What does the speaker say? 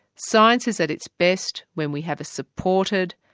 science is at its best when we have a supported,